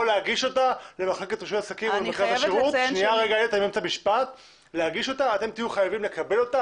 יגיש אותם למחלקת רישוי עסקים ואתם תהיו חייבים לקבל אותם,